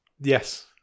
Yes